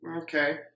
Okay